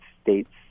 states